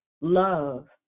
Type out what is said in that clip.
love